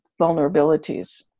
vulnerabilities